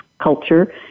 culture